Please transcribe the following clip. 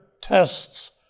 tests